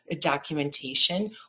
documentation